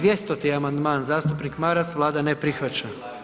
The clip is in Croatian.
200.-ti amandman zastupnik Maras, Vlada ne prihvaća.